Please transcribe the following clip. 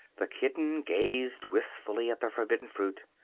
the kitten gazed wistfully at the forbidden fruit.